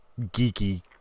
geeky